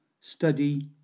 study